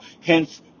Hence